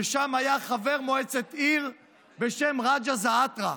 ששם היה חבר מועצת עיר בשם רג'א זעאתרה,